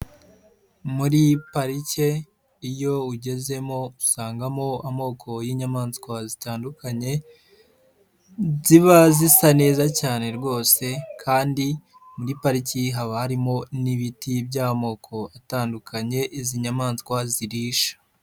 Muri parike iyo ugezemo usangamo amoko y'inyamaswa zitandukanye, ziba zisa neza cyane rwose kandi muri pariki haba harimo n'ibiti by'amoko atandukanye izi nyamaswa zirisha.